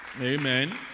Amen